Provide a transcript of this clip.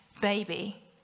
baby